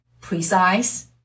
precise